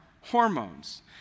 hormones